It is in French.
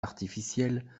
artificielles